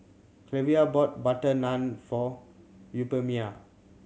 Cleva bought butter naan for Euphemia